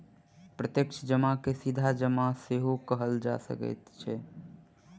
प्रत्यक्ष जमा के सीधा जमा सेहो कहल जा सकैत अछि